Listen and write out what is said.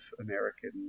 American